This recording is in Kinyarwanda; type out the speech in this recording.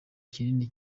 kinini